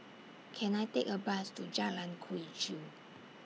Can I Take A Bus to Jalan Quee Chew